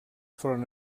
foren